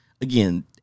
again